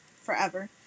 forever